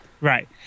Right